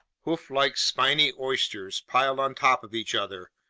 hooflike spiny oysters piled on top of each other,